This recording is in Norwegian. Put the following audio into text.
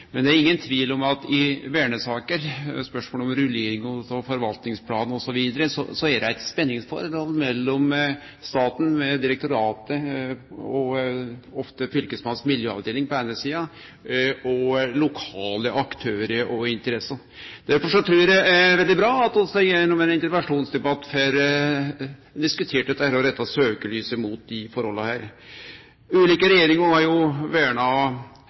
Men det er ingen tvil om at i vernesaker, spørsmål om rullering og forvaltingsplan osv., er det eit spenningsforhold mellom staten med direktoratet og ofte fylkesmannen si miljøavdeling på den eine sida, og lokale aktørar og interesser på den andre sida. Derfor trur eg det er veldig bra at vi gjennom ein interpellasjonsdebatt får diskutere dette og retta søkjelyset mot desse forholda. Ulike regjeringar har jo verna